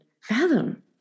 fathom